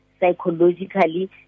psychologically